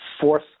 fourth